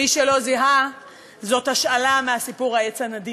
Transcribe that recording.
מי שלא זיהה, זאת השאלה מהסיפור "העץ הנדיב".